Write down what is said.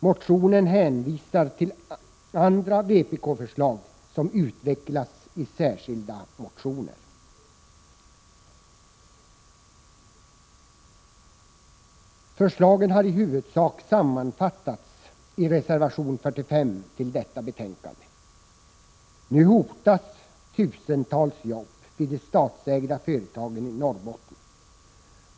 Motionen hänvisar till andra vpk-förslag som utvecklats i särskilda motioner. Förslagen har i huvudsak sammanfattats i reservation 45 till detta betänkande. Nu hotas tusentals jobb vid de statsägda företagen i Norrbotten.